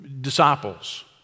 disciples